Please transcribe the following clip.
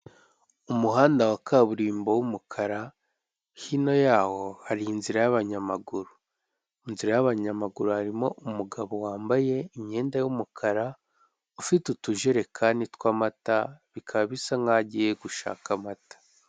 Umuhanda wa kaburimbo w'umukara, hino yaho hari inzira y'abanyamaguru mu nzira y'abanyamaguru harimo umugabo wambaye imyenda y'umukara ufite utujerekani tw'amata bikaba bisa nk'aho agiye gushaka amata.